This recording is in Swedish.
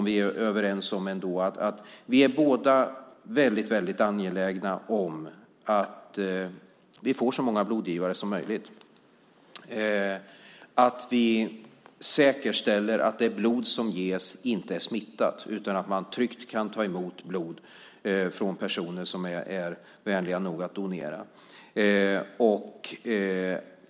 Vi är båda mycket angelägna om att vi får så många blodgivare som möjligt och att vi säkerställer att det blod som ges inte är smittat utan att man tryggt kan ta emot blod från personer som är vänliga nog att donera.